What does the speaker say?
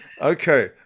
okay